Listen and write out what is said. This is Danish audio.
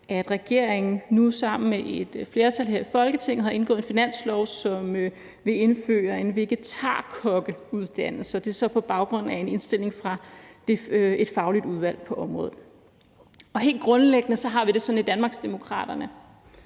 at regeringen nu sammen med et flertal her i Folketinget har indgået en aftale om finansloven, som vil indføre en vegetarkokkeuddannelse. Det er så på baggrund af en indstilling fra et fagligt udvalg på området. Helt grundlæggende har vi det sådan i Danmarksdemokraterne,